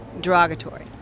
derogatory